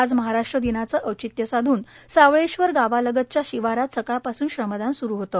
आज महाराष्ट्र दिनाचे औचित्य साधून सावळेश्वर गावालगतच्या शिवारात सकाळ पासून श्रमदान सुरू होते